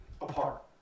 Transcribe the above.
apart